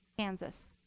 kansas.